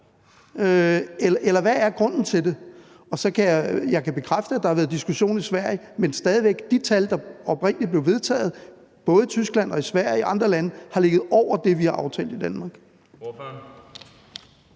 Eller hvad er grunden til det? Og så kan jeg bekræfte, at der har været diskussion i Sverige, men stadig væk er det sådan, at de tal, der oprindelig blev vedtaget – både i Tyskland og i Sverige og i andre lande – har ligget over det, vi har aftalt i Danmark.